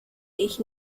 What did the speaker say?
ich